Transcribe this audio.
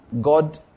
God